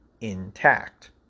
intact